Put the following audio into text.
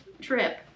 trip